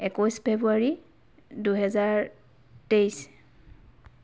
একৈছ ফেব্ৰুৱাৰী দুহেজাৰ তেইছ